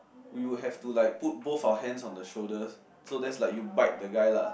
we would have to like put both our hands on the shoulders so that's like you bite the guy lah